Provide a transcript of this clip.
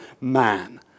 man